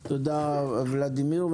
תודה, ולדימיר.